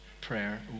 prayer